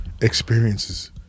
Experiences